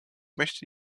möchte